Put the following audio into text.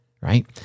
right